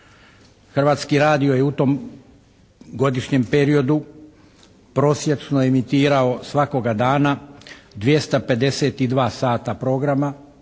Hrvatski radio je u tom godišnjem periodu prosječno emitirao svakoga dana 252 sata programa